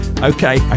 okay